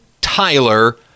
Tyler